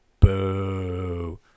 Boo